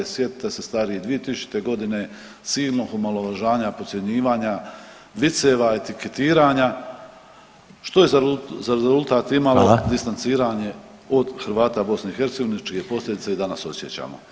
Sjetite se stariji 2000. godine silnog omalovažavanja, podcjenjivanja, viceva, etiketiranja što je za rezultat imalo [[Upadica: Hvala.]] distanciranje od Hrvata BIH čije posljedice i danas osjećamo.